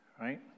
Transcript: right